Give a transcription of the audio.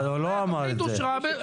הוא לא אמר את זה.